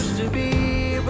to be but